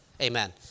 Amen